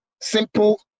simple